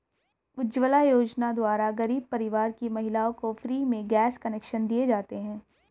उज्जवला योजना द्वारा गरीब परिवार की महिलाओं को फ्री में गैस कनेक्शन दिए जाते है